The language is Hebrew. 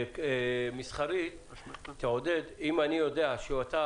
יריבות מסחרית תעודד אם אני יודע שאתה